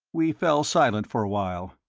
we fell silent for a while.